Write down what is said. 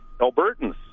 Albertans